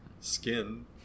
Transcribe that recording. skin